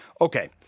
okay